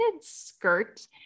skirt